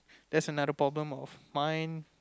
that's another problem of mine